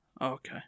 Okay